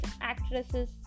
actresses